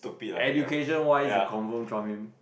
education wise you confirm trump him